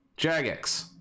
Jagex